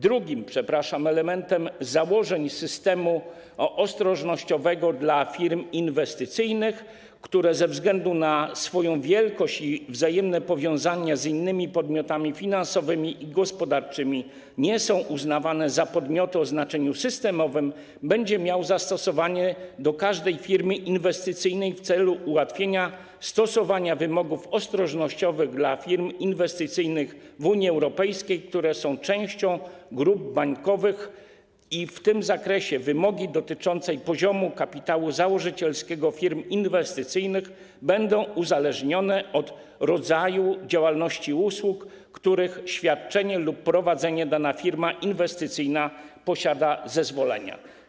Drugi element założeń systemu ostrożnościowego dla firm inwestycyjnych, które ze względu na swoją wielkość i wzajemne powiązania z innymi podmiotami finansowymi i gospodarczymi nie są uznawane za podmioty o znaczeniu systemowym, będzie miał zastosowanie do każdej firmy inwestycyjnej w celu ułatwienia stosowania wymogów ostrożnościowych dla firm inwestycyjnych w Unii Europejskiej, które są częścią grup bankowych, i w tym zakresie wymogi dotyczące kapitału założycielskiego firm inwestycyjnych będą uzależnione od rodzaju działalności, usług, na których świadczenie lub prowadzenie dana firma inwestycyjna posiada zezwolenia.